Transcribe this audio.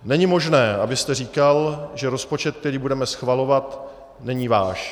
Není možné, abyste říkal, že rozpočet, který budeme schvalovat, není váš.